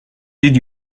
did